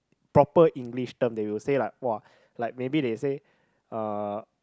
proper English term they will say like !woah! like maybe they say uh